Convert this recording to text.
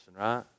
right